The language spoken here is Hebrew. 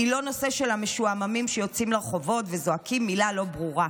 היא לא נושא של המשועממים שיוצאים לרחובות וזועקים מילה לא ברורה.